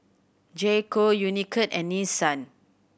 J Co Unicurd and Nissan